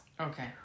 Okay